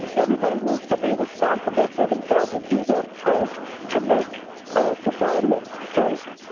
and everybody needs to be responsible for themselves, and do their part to make society a safe,